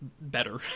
better